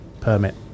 permit